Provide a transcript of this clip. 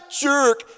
jerk